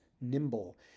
nimble